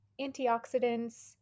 antioxidants